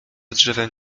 drzewem